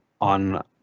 on